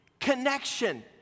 connection